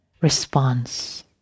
response